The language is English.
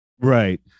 Right